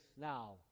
now